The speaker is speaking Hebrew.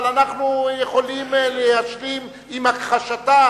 אבל אנחנו יכולים להשלים עם הכחשתה